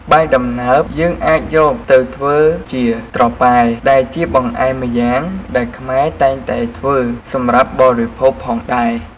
បាយដំណើបយើងអាចយកធ្វើជាត្រប៉ែ ដែលជាបង្អែមម្យ៉ាងដែលខ្មែរតែងតែធ្វើសម្រាប់បរិភោគផងដែរ។